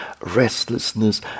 restlessness